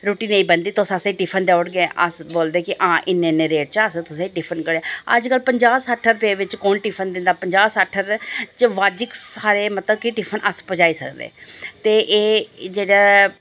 रुट्टी नेईं बनदी तुस असें ई टिफन देई ओड़गे अस बोलदे कि आं इन्ने इन्ने रेट च अस तुसें ई टिफन अजकल प'ञां सट्ठ रपेऽ च कु'न टिफन दिंदा प'ञां सट्ठ च बाजिव सारे मतलब कि टिफन अस पजाई सकदे ते एह् जेह्ड़ा